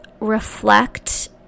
reflect